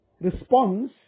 response